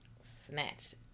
Snatch